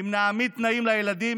אם נעמיד תנאים לילדים,